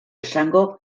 esango